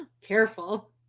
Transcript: Careful